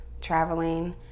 traveling